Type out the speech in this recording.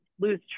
lose